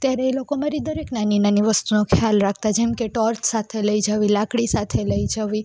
ત્યારે એ લોકો મારી દરેક નાની નાની વસ્તુનો ખ્યાલ રાખતા જેમકે ટોર્ચ સાથે લઈ જવી લાકડી સાથે લઈ જવી